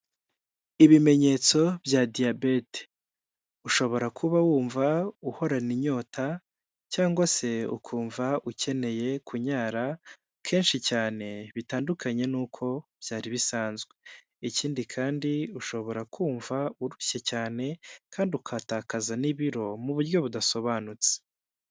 Ibimenyetso bya diyabete, ushobora kuba wumva uhorana inyota cyangwa se ukumva ukeneye kunyara kenshi cyane bitandukanye n'uko byari bisanzwe, ikindi kandi ushobora kumva urushye cyane kandi ukatakaza n'ibiro mu buryo budasobanutse.